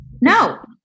No